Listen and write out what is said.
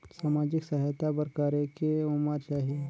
समाजिक सहायता बर करेके उमर चाही?